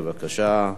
בבקשה.